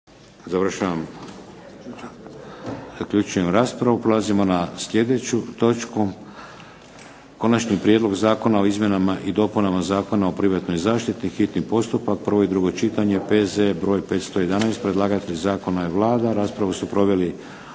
**Šeks, Vladimir (HDZ)** Prelazimo na sljedeću točku - Konačni prijedlog zakona o izmjenama i dopunama Zakona o privatnoj zaštiti, hitni postupak, prvo i drugo čitanje, P.Z. broj 511 Predlagatelj zakona je Vlada. Raspravu su proveli